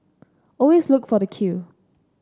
always look for the queue